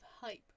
hype